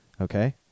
Okay